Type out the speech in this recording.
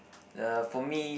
the for me